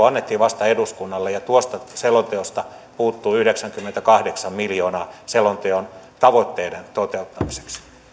annettiin vasta eduskunnalle ja tuosta selonteosta puuttuu yhdeksänkymmentäkahdeksan miljoonaa selonteon tavoitteiden toteuttamiseksi